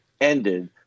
ended